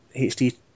HD